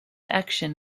action